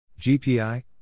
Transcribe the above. GPI